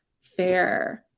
fair